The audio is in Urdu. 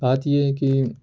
بات یہ ہے کہ